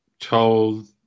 told